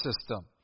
system